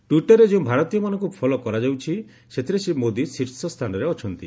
ଟ୍ୱିଟରରେ ଯେଉଁ ଭାରତୀୟମାନଙ୍କୁ ଫଲୋ କରାଯାଉଛି ସେଥିରେ ଶ୍ରୀ ମୋଦୀ ଶୀର୍ଷ ସ୍ଥାନରେ ଅଛନ୍ତି